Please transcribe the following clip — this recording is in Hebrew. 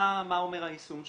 מה אומר היישום שלו.